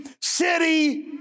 city